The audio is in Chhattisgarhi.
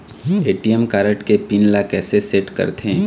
ए.टी.एम कारड के पिन ला कैसे सेट करथे?